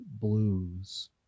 blues